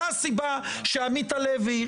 זו הסיבה שעמית הלוי,